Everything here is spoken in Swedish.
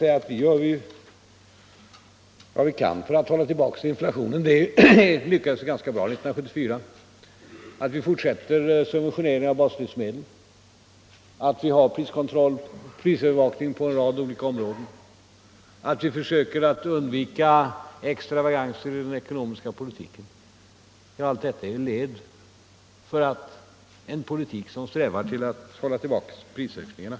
Vi gör vad vi kan, herr Bohman, för att hålla tillbaka inflationen. Det lyckades ganska bra 1974. Att vi fortsätter med subventionering av baslivsmedel, att vi har prisövervakning på en rad områden, att vi försöker undvika extravaganser i den ekonomiska politiken — allt detta är led i en politik som strävar efter att hålla tillbaka prisökningarna.